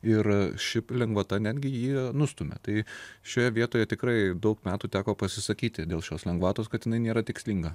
ir ši lengvata netgi jį nustumia tai šioje vietoje tikrai daug metų teko pasisakyti dėl šios lengvatos kad jinai nėra tikslinga